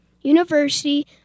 University